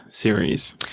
series